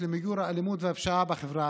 למיגור האלימות והפשיעה בחברה הערבית.